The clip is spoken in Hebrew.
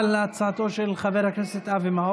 לעבור למה?